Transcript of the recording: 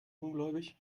ungläubig